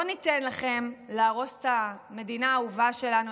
לא ניתן לכם להרוס את המדינה האהובה שלנו.